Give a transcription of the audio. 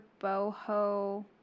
boho